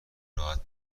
راحت